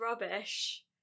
Rubbish